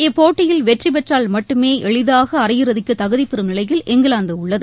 இப்போட்டியில் வெற்றிபெற்றால் மட்டுமேளளதாகஅரையிறுதிக்குதகுதிபெறும் நிலையில் இங்கிலாந்தஉள்ளது